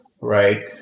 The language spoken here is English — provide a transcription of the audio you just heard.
right